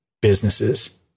businesses